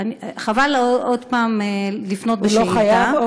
חבל שוב לפנות בשאילתה, הוא לא חייב.